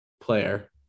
player